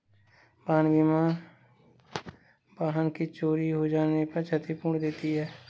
वाहन बीमा वाहन के चोरी हो जाने पर क्षतिपूर्ति देती है